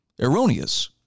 erroneous